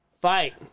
fight